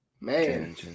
Man